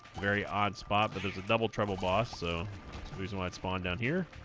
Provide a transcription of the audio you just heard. very odd spot but there's a double treble boss so losing lightspawn down here